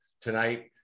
tonight